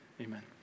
amen